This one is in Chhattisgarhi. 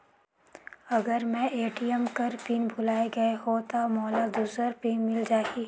अगर मैं ए.टी.एम कर पिन भुलाये गये हो ता मोला दूसर पिन मिल जाही?